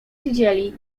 siedzieli